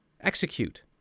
Execute